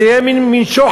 זה יהיה מין שוחד.